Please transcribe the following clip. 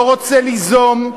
לא רוצה ליזום,